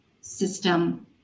system